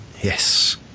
Yes